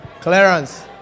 Clarence